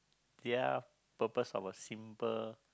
their purpose of a simple